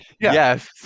yes